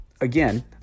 again